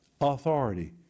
authority